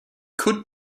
could